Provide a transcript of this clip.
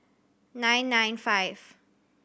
nine nine five